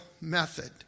method